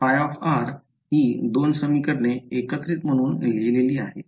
ϕ ही दोन समीकरणे एकत्रित म्हणून लिहिलेली आहे